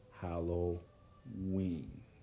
Halloween